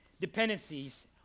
dependencies